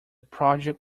project